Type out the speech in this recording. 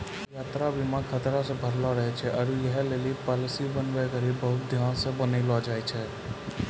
यात्रा बीमा खतरा से भरलो रहै छै आरु यहि लेली पालिसी बनाबै घड़ियां बहुते ध्यानो से बनैलो जाय छै